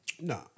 No